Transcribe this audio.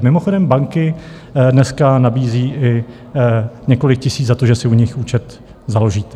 Mimochodem banky dneska nabízejí i několik tisíc za to, že si u nich účet založíte.